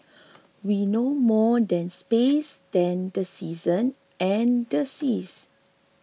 we know more than space than the season and the seas